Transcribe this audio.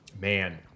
man